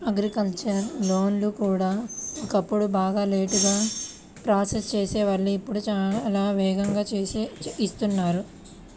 agricultural లోన్లు కూడా ఒకప్పుడు బాగా లేటుగా ప్రాసెస్ చేసేవాళ్ళు ఇప్పుడు చాలా వేగంగా ఇస్తున్నారు